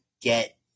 get